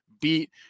beat